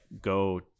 go